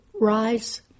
rise